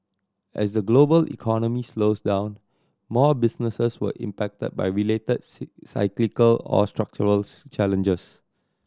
as the global economy slows down more businesses were impacted by related see cyclical or structural's challenges